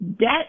debt